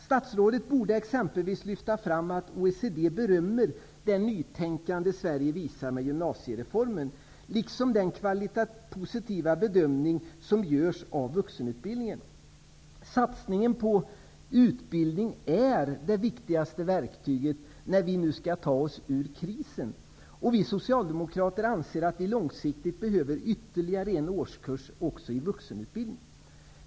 Statsrådet borde exempelvis lyfta fram att OECD berömmer det nytänkande Sverige visar med gymnasiereformen, liksom den positiva bedömningen av vuxenutbildningen. Satsningen på utbildning är det viktigaste verktyget när vi nu skall ta oss ur krisen. Vi socialdemokrater anser att vi långsiktigt behöver ytterligare en årskurs också i vuxenutbildningen.